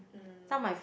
um